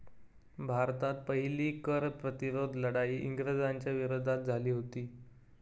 भारतात पहिली कर प्रतिरोध लढाई इंग्रजांच्या विरोधात झाली हुती